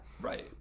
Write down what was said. Right